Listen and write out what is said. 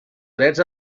drets